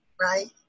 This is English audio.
right